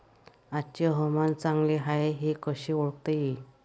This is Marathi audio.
आजचे हवामान चांगले हाये हे कसे ओळखता येईन?